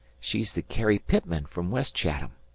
she's the carrie pitman from west chat-ham.